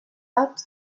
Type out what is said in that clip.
out